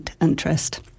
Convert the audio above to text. Interest